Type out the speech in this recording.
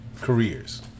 Careers